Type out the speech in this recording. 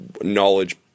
knowledge